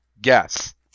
Guess